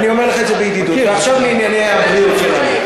ועכשיו לענייני הבריאות שלנו.